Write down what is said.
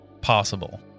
possible